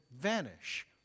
vanish